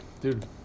Dude